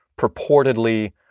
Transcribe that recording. purportedly